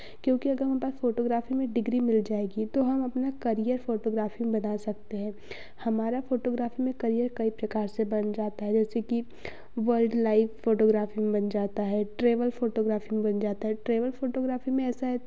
क्योंकि अगर हमारे पास फोटोग्राफी में डिग्री मिल जाएगी तो हम अपना करियर फ़ोटोग्राफी में बना सकते हैं हमारा फ़ोटोग्राफी में करियर कई प्रकार से बन जाता है जैसे कि वर्ल्ड लाइव फ़ोटोग्राफी में बन जाता है ट्रेवल फ़ोटोग्राफी में बन जाता है ट्रेवल फोटोग्राफी में ऐसा है कि